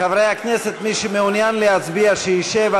חברי הכנסת, מי שמעוניין להצביע, שישב.